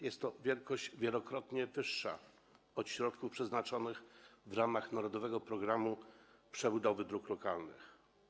Jest to kwota wielokrotnie wyższa od kwoty środków przeznaczonych w ramach „Narodowego programu przebudowy dróg lokalnych”